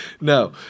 No